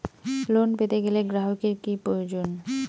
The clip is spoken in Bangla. লোন পেতে গেলে গ্রাহকের কি প্রয়োজন?